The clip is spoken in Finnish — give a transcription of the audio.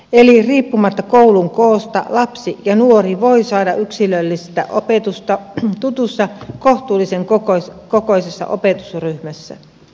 eli riippumatta koulun koosta lapsi ja nuori voi saada yksilöllistä opetusta tutussa kohtuullisen kokoisessa opetusryhmässä